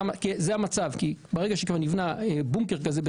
ברגע שכבר נבנה בונקר כזה,